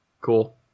Cool